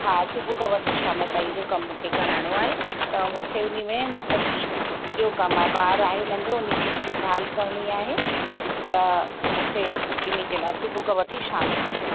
हा सुबुह खां वठी शाम ताईं जो कम मूंखे कराइणो आहे त मूंखे उनमें मतिलब की सॼो कम आहे ॿार आहे नंढो उनजी देखभालु करिणी आहे त मूंखे इनजे लाइ सुबुह खां वठी शाम ताईं